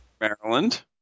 Maryland